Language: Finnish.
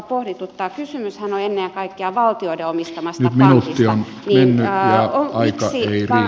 kysymyshän on ennen kaikkea valtioiden omistamasta pankista